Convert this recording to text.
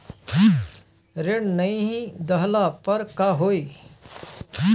ऋण नही दहला पर का होइ?